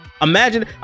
Imagine